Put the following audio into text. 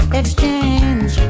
exchange